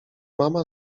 mama